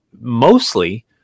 mostly